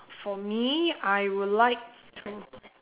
for me I would like to